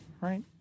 right